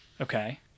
okay